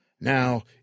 Now